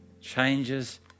changes